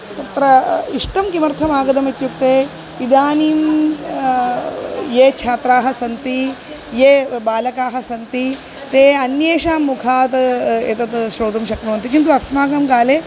तत्र इष्टं किमर्थम् आगतमित्युक्ते इदानीं ये छात्राः सन्ति ये बालकाः सन्ति ते अन्येषां मुखात् एतत् श्रोतुं शक्नुवन्ति किन्तु अस्माकं काले